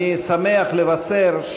אני שמח לבשר,